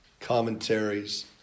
commentaries